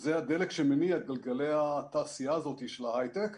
שזה הדלק שמניע את גלגלי התעשייה הזאת של ההיי-טק,